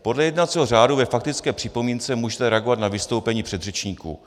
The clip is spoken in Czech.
Podle jednacího řádu ve faktické připomínce můžete reagovat na vystoupení předřečníků.